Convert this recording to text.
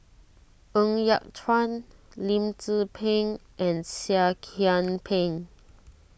Ng Yat Chuan Lim Tze Peng and Seah Kian Peng